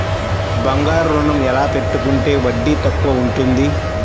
బంగారు ఋణం ఎలా పెట్టుకుంటే వడ్డీ తక్కువ ఉంటుంది?